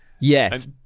Yes